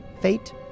fate